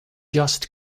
just